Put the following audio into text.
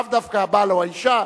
לאו דווקא הבעל או האשה,